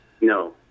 No